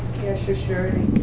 cash assurity,